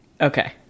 Okay